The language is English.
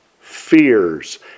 fears